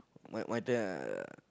my my thing ah